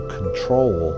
control